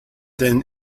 then